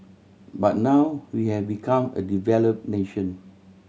but now we have become a developed nation